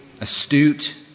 astute